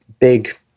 big